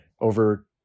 over